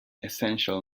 essential